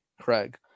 Craig